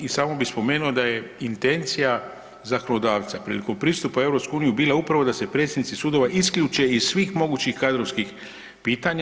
I samo bih spmomenuo da je intencija zakonodavca prilikom pristupa EU bila upravo da se predsjednici sudova isključe iz svih mogućih kadrovskih pitanja.